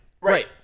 Right